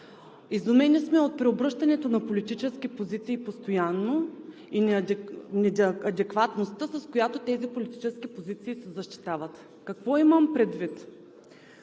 Изумени сме от преобръщането на политически позиции постоянно и неадекватността, с която тези политически позиции се защитават. Какво имам предвид?